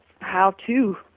how-to